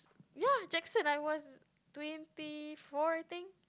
ya Jackson I was twenty four I think